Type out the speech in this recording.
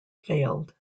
failed